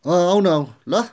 आऊ न आऊ ल